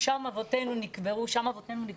שם אבותינו נקברו,